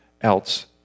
else